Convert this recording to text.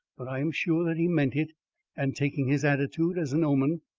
but i am sure that he meant it and, taking his attitude as an omen,